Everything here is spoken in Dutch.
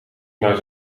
naar